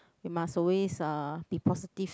you must always uh be positive